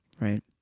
right